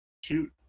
Shoot